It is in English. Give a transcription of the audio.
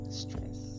stress